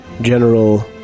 general